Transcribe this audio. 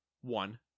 one